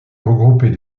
regrouper